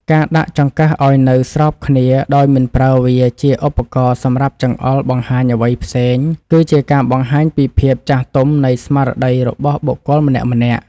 ការដាក់ចង្កឹះឱ្យនៅស្របគ្នាដោយមិនប្រើវាជាឧបករណ៍សម្រាប់ចង្អុលបង្ហាញអ្វីផ្សេងគឺជាការបង្ហាញពីភាពចាស់ទុំនៃស្មារតីរបស់បុគ្គលម្នាក់ៗ។